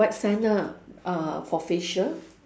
white sand ah uh for facial